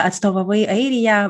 atstovavai airiją